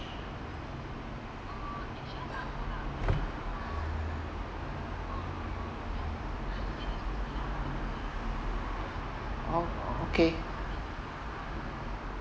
oh okay